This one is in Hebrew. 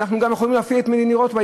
אנחנו יכולים להפעיל גם את מדינות אירופה.